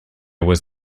was